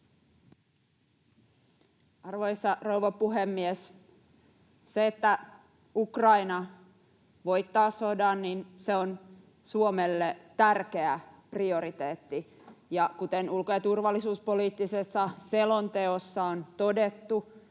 Arvoisa rouva puhemies! Se, että Ukraina voittaa sodan, on Suomelle tärkeä prioriteetti. Kuten ulko- ja turvallisuuspoliittisessa selonteossa on todettu